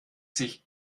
sich